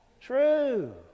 True